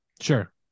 Sure